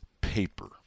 paper